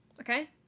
Okay